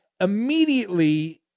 immediately